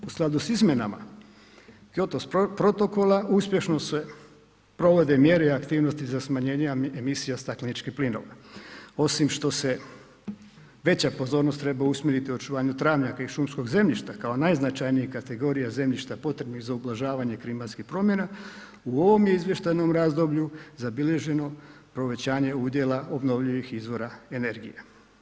U skladu s izmjenama protokola uspješno se provode mjere i aktivnosti za smanjenje emisija stakleničkih plinova, osim što se veća pozornost treba usmjeriti očuvanju travnjaka i šumskog zemljišta kao najznačajnijih kategorija zemljišta potrebnih za ublažavanju klimatskih promjera, u ovom je izvještajnom razdoblju zabilježeno povećanje udjela obnovljivih izvora energije.